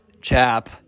chap